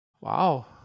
Wow